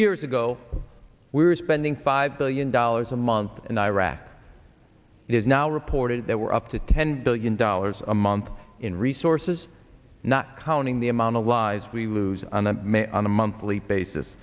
years ago we were spending five billion dollars a month in iraq it is now reported there were up to ten billion dollars a month in resources not counting the amount of lies we lose on the may on a monthly basis